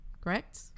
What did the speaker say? correct